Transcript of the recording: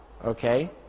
Okay